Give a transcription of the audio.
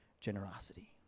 generosity